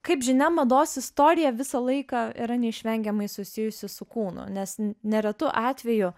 kaip žinia mados istorija visą laiką yra neišvengiamai susijusi su kūnu nes neretu atveju